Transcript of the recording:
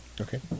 Okay